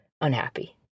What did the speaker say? unhappy